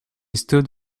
stood